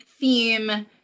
theme